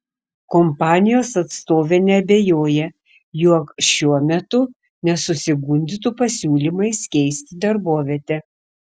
kompanijos atstovė neabejoja jog šiuo metu nesusigundytų pasiūlymais keisti darbovietę